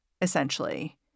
essentially